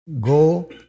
go